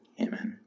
amen